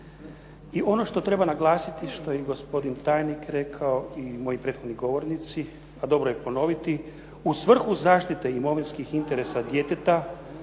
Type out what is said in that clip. I ono što treba naglasiti što je i gospodin tajnik rekao i moji prethodni govornici, a dobro je ponoviti, u svrhu zaštite imovinskih interesa djeteta